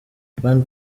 ban